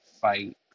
fight